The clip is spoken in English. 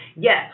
yes